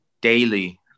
daily